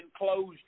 enclosed